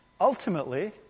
Ultimately